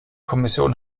kommission